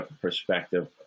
perspective